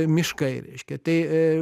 miškai reiškia tai